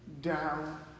down